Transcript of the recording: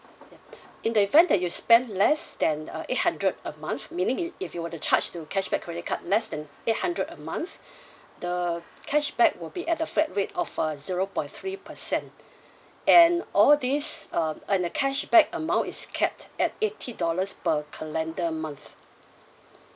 yup in the event that you spend less than uh eight hundred a month meaning it if you were to charge to cashback credit card less than eight hundred a month the cashback will be at the flat rate of uh zero point three percent and all these um and the cashback amount is capped at eighty dollars per calendar month